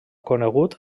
conegut